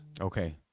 Okay